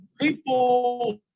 People